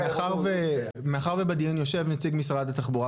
מאחר ובדיון יושב נציג משרד התחבורה,